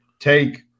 Take